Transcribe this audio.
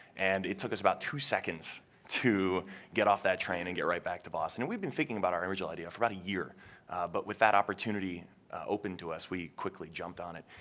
and it took us about two seconds to get off that train and get right back to boston. and we'd been thinking about our original idea for about a year but with that opportunity open to us we quickly jumped on it.